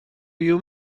you